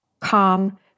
calm